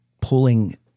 pulling